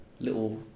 little